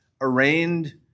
arraigned